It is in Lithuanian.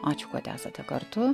ačiū kad esate kartu